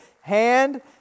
hand